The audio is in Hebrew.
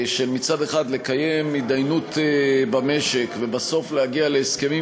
מצד אחד לקיים הידיינות במשק ובסוף להגיע להסכמים